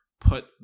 put